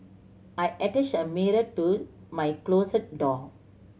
I attached a mirror to my closet door